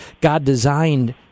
god-designed